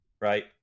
right